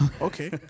Okay